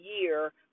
year